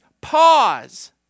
pause